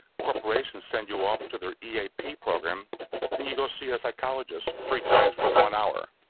corporations send you off to their eap program and you go see a psychologist three times for one hour.